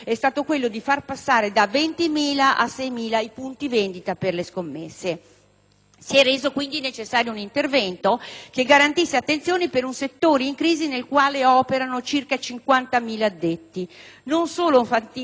Si è reso, dunque, necessario un intervento che garantisse attenzione per un settore in crisi nel quale operano circa 50.000 addetti: non solo fantini ed allevatori, ma tutta la filiera interessata.